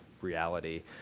reality